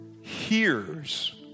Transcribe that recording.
hears